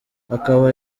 akaba